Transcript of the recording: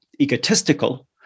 egotistical